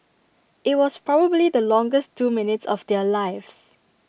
IT was probably the longest two minutes of their lives